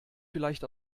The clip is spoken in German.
vielleicht